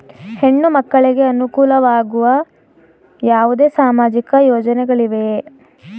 ಹೆಣ್ಣು ಮಕ್ಕಳಿಗೆ ಅನುಕೂಲವಾಗುವ ಯಾವುದೇ ಸಾಮಾಜಿಕ ಯೋಜನೆಗಳಿವೆಯೇ?